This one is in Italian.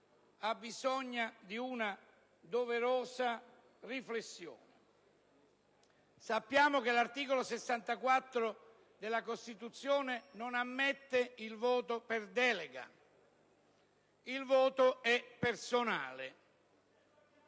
abbisogna di una doverosa riflessione. Sappiamo che l'articolo 64 della Costituzione non ammette il voto per delega, il voto è personale